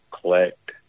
collect